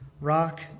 rock